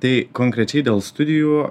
tai konkrečiai dėl studijų